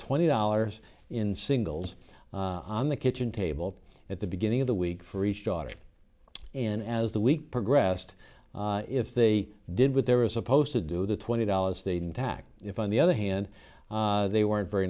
twenty dollars in singles on the kitchen table at the beginning of the week for each daughter and as the week progressed if they did with they were supposed to do the twenty dollars they'd intact if on the other hand they weren't very